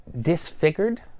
disfigured